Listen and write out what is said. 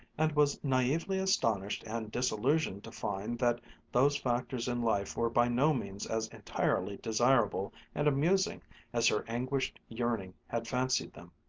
and was naively astonished and disillusioned to find that those factors in life were by no means as entirely desirable and amusing as her anguished yearning had fancied them.